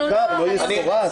אבל שזה לא יעוקר, לא יסורס.